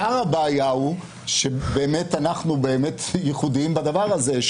עיקר הבעיה הוא שאנחנו באמת ייחודיים בדבר הזה,